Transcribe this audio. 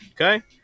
Okay